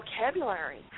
vocabulary